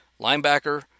linebacker